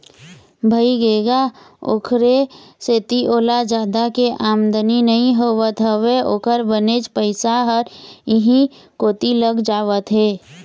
भइगे गा ओखरे सेती ओला जादा के आमदानी नइ होवत हवय ओखर बनेच पइसा ह इहीं कोती लग जावत हे